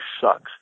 sucks